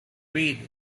weed